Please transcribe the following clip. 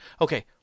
Okay